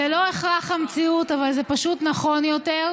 זה לא הכרח המציאות, אבל זה פשוט נכון יותר.